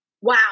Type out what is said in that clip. Wow